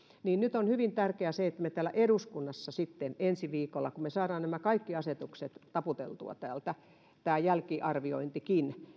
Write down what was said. niin nyt on hyvin tärkeää se että me täällä eduskunnassa sitten ensi viikolla kun me saamme nämä kaikki asetukset taputeltua täältä tämän jälkiarvioinninkin